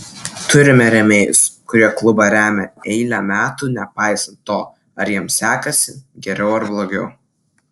turime rėmėjus kurie klubą remia eilę metų nepaisant to ar jiems sekasi geriau ar blogiau